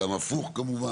לכן